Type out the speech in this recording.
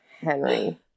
Henry